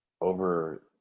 over